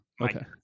Okay